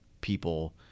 people